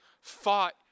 fought